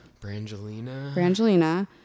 Brangelina